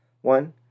one